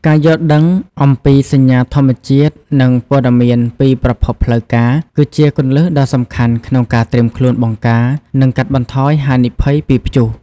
ការយល់ដឹងអំពីសញ្ញាធម្មជាតិ និងព័ត៌មានពីប្រភពផ្លូវការ គឺជាគន្លឹះដ៏សំខាន់ក្នុងការត្រៀមខ្លួនបង្ការ និងកាត់បន្ថយហានិភ័យពីព្យុះ។